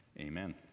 Amen